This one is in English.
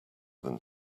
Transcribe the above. than